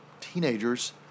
teenagers